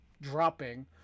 dropping